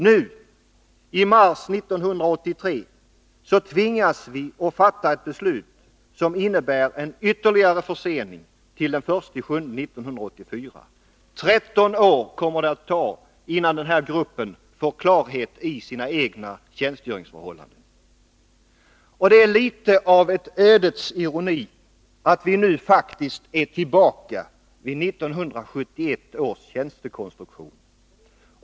Nu — i mars 1983 — tvingas vi fatta ett beslut som innebär en ytterligare försening till den 1 juli 1984. Tretton år kommer det att ta innan den här gruppen får klarhet i sina egna tjänstgöringsförhållanden. Det är litet av en ödets ironi att vi nu faktiskt är tillbaka vid 1971 års tjänstekonstruktion.